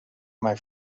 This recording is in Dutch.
maar